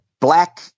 black